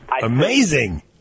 Amazing